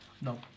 No